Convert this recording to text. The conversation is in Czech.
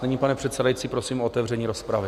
Nyní, pane předsedající, prosím o otevření rozpravy.